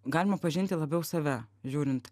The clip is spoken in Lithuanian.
galima pažinti labiau save žiūrint